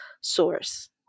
source